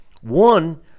One